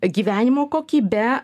gyvenimo kokybe